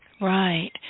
Right